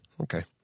okay